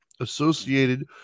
associated